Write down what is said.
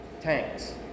tanks